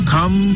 Come